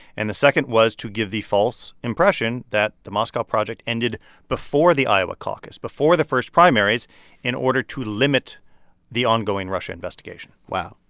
and the second was to give the false impression that the moscow project ended before the iowa caucus before the first primaries in order to limit the ongoing russia investigation wow.